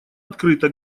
открыто